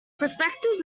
prospective